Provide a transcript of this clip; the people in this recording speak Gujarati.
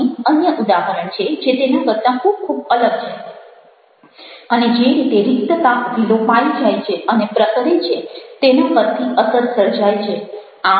અહીં અન્ય ઉદાહરણ છે જે તેના કરતાં ખૂબ ખૂબ અલગ છે અને જે રીતે રિક્તતા વિલોપાઇ જાય છે અને પ્રસરે છે તેના પરથી અસર સર્જાય છે